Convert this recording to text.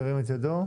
ירים את ידו.